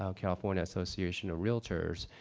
um california association of realtors.